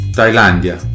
Thailandia